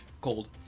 Cold